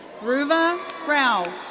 dhruva rao.